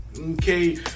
okay